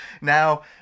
Now